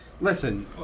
Listen